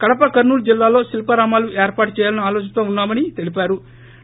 కడప కర్నూలు జిల్లాల్లో శిల్సారామాలు ఏర్పాటు చేయాలనే ఆలోచనలో ఉన్నా మని తెలిపోరు